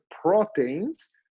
proteins